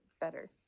better